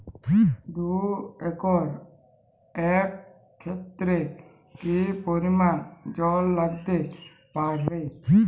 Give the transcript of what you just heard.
দুই একর আক ক্ষেতে কি পরিমান জল লাগতে পারে?